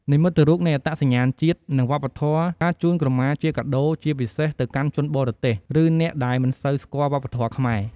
និមិត្តរូបនៃអត្តសញ្ញាណជាតិ និងវប្បធម៌ការជូនក្រមាជាកាដូ ជាពិសេសទៅកាន់ជនបរទេស ឬអ្នកដែលមិនសូវស្គាល់វប្បធម៌ខ្មែរ។